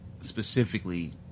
specifically